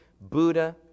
Buddha